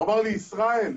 הוא אמר לי, ישראל,